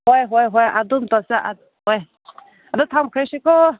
ꯍꯣꯏ ꯍꯣꯏ ꯍꯣꯏ ꯑꯗꯨꯝ ꯇꯧꯁꯦ ꯍꯣꯏ ꯑꯗꯣ ꯊꯝꯈ꯭ꯔꯁꯤꯀꯣ